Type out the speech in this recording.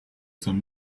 some